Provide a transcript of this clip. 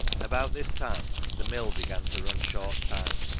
about this time the mill began to run short time,